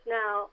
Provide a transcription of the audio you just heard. now